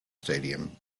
stadium